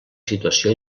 situació